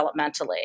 developmentally